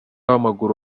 w’amaguru